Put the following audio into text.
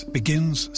begins